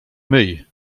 myj